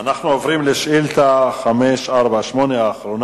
אנחנו עוברים לשאילתא האחרונה,